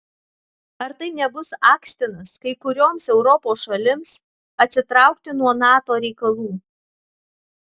ar tai nebus akstinas kai kurioms europos šalims atsitraukti nuo nato reikalų